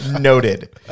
Noted